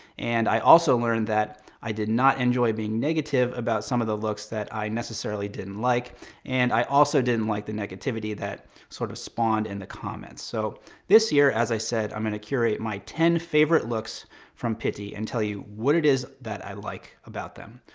and i also learned that i did not enjoy being negative about some of the looks that i necessarily didn't like, and i also didn't like the negativity that sort of spawned in the comments. so this year, as i said, i'm gonna curate my ten favorite looks from pitti, and tell you what it is that i like about them.